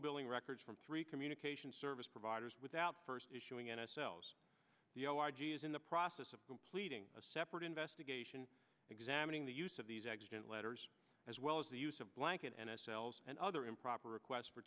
billing records from three communication service providers without first issuing n s l s the o r g is in the process of completing a separate investigation examining the use of these accident letters as well as the use of blanket and s l's and other improper requests for